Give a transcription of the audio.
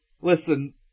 Listen